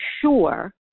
sure